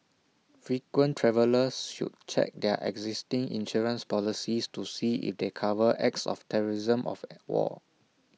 frequent travellers should check their existing insurance policies to see if they cover acts of terrorism of at war